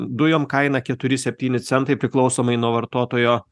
dujom kaina keturi septyni centai priklausomai nuo vartotojo